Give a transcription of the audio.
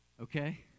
okay